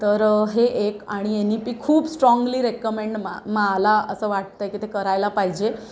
तर हे एक आणि येन ई पी खूप स्ट्राँगली रेकमेंड मा मला असं वाटतं आहे की ते करायला पाहिजे